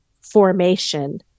formation